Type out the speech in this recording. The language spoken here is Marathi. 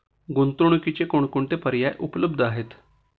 गुंतवणुकीचे कोणकोणते पर्याय उपलब्ध आहेत?